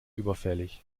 überfällig